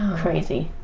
crazy.